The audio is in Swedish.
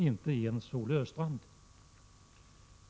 Det kan inte ens Olle Östrand tycka.